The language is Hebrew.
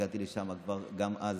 הגעתי לשם גם אז,